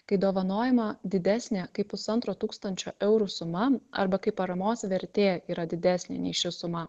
kai dovanojama didesnė kaip pusantro tūkstančio eurų suma arba kai paramos vertė yra didesnė nei ši suma